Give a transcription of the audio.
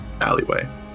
alleyway